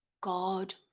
God